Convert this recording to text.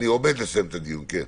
אני עומד לסיים, כן.